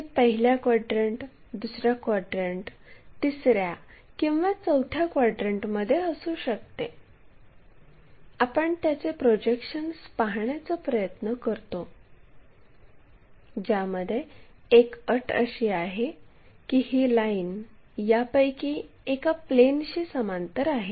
ते पहिल्या क्वॅड्रन्ट दुसऱ्या क्वॅड्रन्ट तिसऱ्या किंवा चौथ्या क्वॅड्रन्टमध्ये असू शकते आपण त्याचे प्रोजेक्शन्स पाहण्याचा प्रयत्न करतो ज्यामध्ये एक अट अशी आहे की ही लाईन यापैकी एका प्लेनशी समांतर आहे